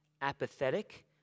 apathetic